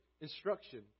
instruction